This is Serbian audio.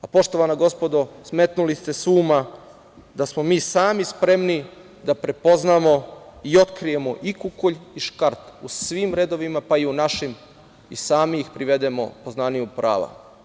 Poštovana gospodo, smetnuli ste sa uma da smo mi sami spremni da prepoznamo i otkrijemo i kukolj i škart u svim redovima, pa i u našim i sami ih privedemo poznaniju prava.